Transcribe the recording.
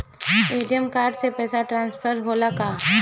ATM card से पैसा transfer होला का?